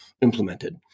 implemented